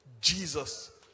Jesus